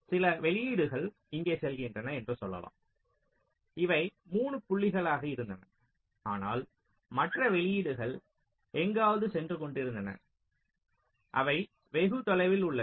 சில வெளியீடுகள் இங்கே செல்கின்றன என்று சொல்லலாம் இவை 3 புள்ளிகளாக இருந்தன ஆனால் மற்ற வெளியீடுகள் எங்காவது சென்று கொண்டிருந்தன அவை வெகு தொலைவில் உள்ளன